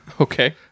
Okay